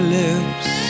lips